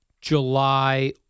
July